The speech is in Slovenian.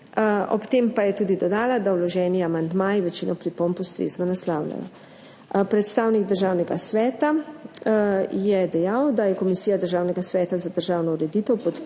Ob tem je tudi dodala, da vloženi amandmaji večino pripomb ustrezno naslavljajo. Predstavnik Državnega sveta je dejal, da je Komisija Državnega sveta za državno ureditev podprla